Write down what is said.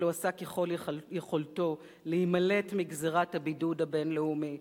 אבל הוא עשה ככל יכולתו להימלט מגזירת הבידוד הבין-לאומי,